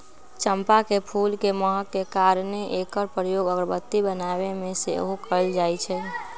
चंपा के फूल के महक के कारणे एकर प्रयोग अगरबत्ती बनाबे में सेहो कएल जाइ छइ